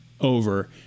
over